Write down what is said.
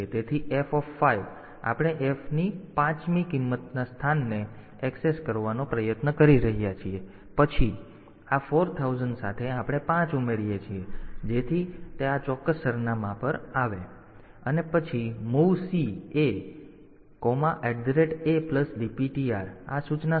તેથી f આપણે f 5 ની કિંમત સાથે સ્થાનને ઍક્સેસ કરવાનો પ્રયાસ કરી રહ્યા છીએ પછી આ 4000 સાથે આપણે 5 ઉમેરીએ છીએ જેથી તે આ ચોક્કસ સરનામામાં આવે એટલે કે આ ચોક્કસ સરનામા પર આવે અને પછી MOVC A a dptr આ સૂચના શું કરે છે